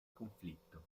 conflitto